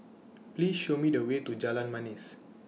Please Show Me The Way to Jalan Manis